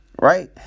right